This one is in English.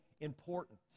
important